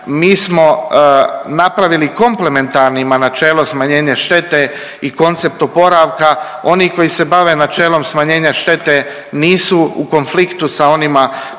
Mi smo napravili komplementarnima načelo smanjenja štete i koncept oporavka. Oni koji se bave načelom smanjenja štete nisu u konfliktu sa onima